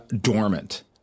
dormant